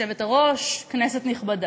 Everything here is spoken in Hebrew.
גברתי היושבת-ראש, כנסת נכבדה,